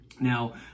Now